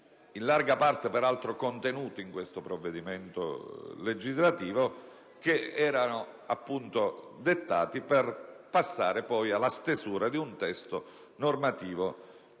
in larga parte peraltro contenuti in questo provvedimento legislativo, nell'intento di passare poi alla stesura di un testo normativo